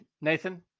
Nathan